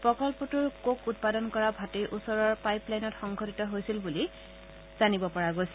প্ৰকল্পটোৰ ক'ক উৎপাদন কৰা ভাটিৰ ওচৰৰ পাইপ লাইনত সংঘটিত হৈছিল বুলি জানিব পৰা গৈছে